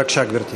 בבקשה, גברתי.